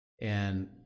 And-